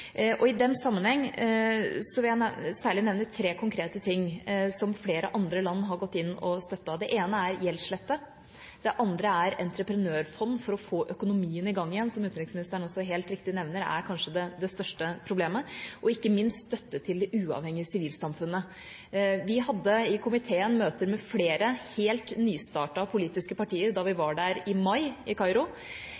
og i andre land i regionen nå. I den sammenheng vil jeg særlig nevne tre konkrete ting som flere andre land har gått inn og støttet: Det ene er gjeldslette. Det andre er entreprenørfond for å få økonomien i gang igjen – som utenriksministeren også helt riktig nevner kanskje er det største problemet – og ikke minst støtte til de uavhengige sivilsamfunnene. Vi hadde i komiteen møter med flere, helt nystartede politiske partier da vi